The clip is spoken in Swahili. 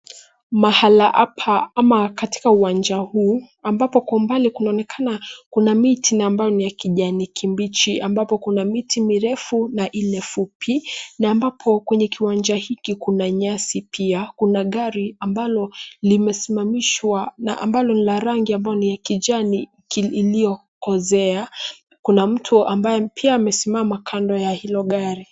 Mahali hapa ama katika uwanja huu ambapo kwa umbali kunaonekana kuna miti na ambayo ni ya kijani kibichi, ambapo kuna miti mirefu na ile fupi na ambapo kwenye kiwanja hiki kuna nyasi pia, kuna gari ambalo limesimamishwa na ambalo ni la rangi ambao ni ya kijani iliyokozea. Kuna mtu ambaye pia amesimama kando ya hilo gari.